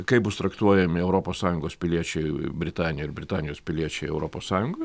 kaip bus traktuojami europos sąjungos piliečiai britanijoj ir britanijos piliečiai europos sąjungoj